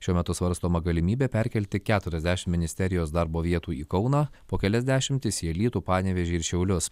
šiuo metu svarstoma galimybė perkelti keturiasdešimt ministerijos darbo vietų į kauną po kelias dešimtis į alytų panevėžį ir šiaulius